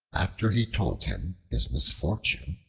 after he told him his misfortune,